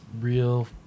real